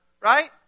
Right